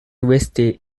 listed